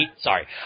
Sorry